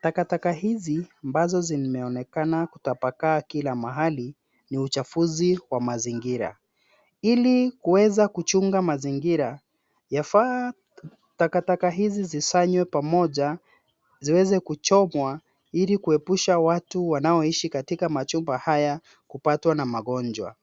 Takataka hizi ambazo zimeonekana kutapakaa kila mahali, ni uchafuzi wa mazingira. Ili kuweza kuchunga mazingira, yafaa takataka hizi zisanywe pamoja, ziweze kuchomwa ili kuepusha watu wanaoishi katika majumba haya kupatwa na magonjwa.